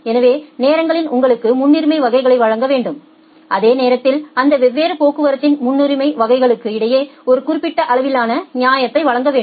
எனவே நேரங்களில் உங்களுக்கு முன்னுரிமை வகைகளை வழங்க வேண்டும் அதே நேரத்தில் அந்த வெவ்வேறு போக்குவரத்தின் முன்னுரிமை வகைகளுக்கு இடையே ஒரு குறிப்பிட்ட அளவிலான நியாயத்தை நீங்கள் வழங்க வேண்டும்